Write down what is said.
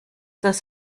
das